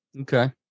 Okay